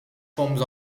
fomos